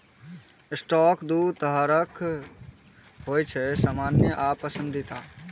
stock दू तरहक होइ छै, सामान्य आ पसंदीदा